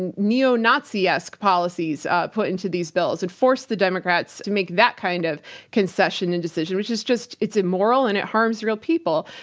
and neo-naziesque policies put into these bills, and force the democrats to make that kind of concession and decision, which is just immoral, and it harms real people.